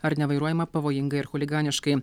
ar nevairuojama pavojingai ar chuliganiškai